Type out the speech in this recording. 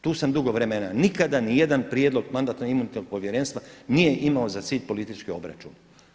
Tu sam dugo vremena, nikada nijedan prijedlog Mandatno-imunitetnog povjerenstva nije imao za cilj politički obračun.